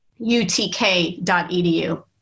utk.edu